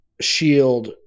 shield